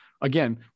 again